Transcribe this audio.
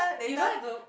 you don't have to